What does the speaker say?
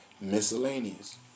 miscellaneous